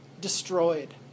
Destroyed